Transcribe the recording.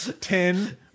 ten